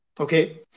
Okay